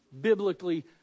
Biblically